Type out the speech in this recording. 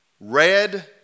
red